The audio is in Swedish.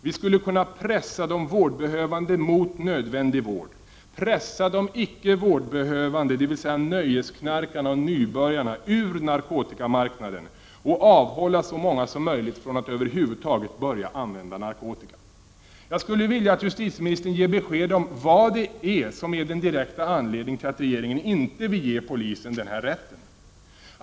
Vi skulle kunna pressa de vårdbehövande mot nödvändig vård, pressa de icke vårdbehövande, dvs. nöjesknarkarna och nybörjarna, ur narkotikamarknaden och avhålla så många som möjligt från att över huvud taget börja använda narkotika. Jag skulle vilja att justitieministern ger besked om vad som är den direkta anledningen till att regeringen inte vill ge polisen den här rätten.